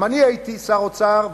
אם אני הייתי שר האוצר,